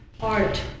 art